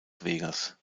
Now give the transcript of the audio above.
vegas